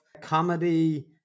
comedy